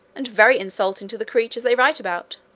and very insulting to the creatures they write about.